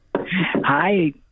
Hi